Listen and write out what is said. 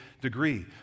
degree